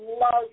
love